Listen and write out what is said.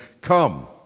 come